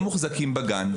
מוחזקים בגן.